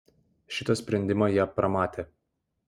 šitą sprendimą jie pramatė